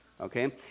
Okay